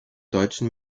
deutschen